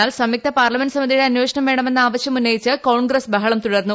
എന്നാൽ സംയുക്ത പാർലമെന്റ് സമിതിയുടെ അന്വേഷണ്ട് വേണമെന്ന ആവശ്യം ഉന്നയിച്ച് കോൺഗ്രസ് ബഹളും തൂടർന്നു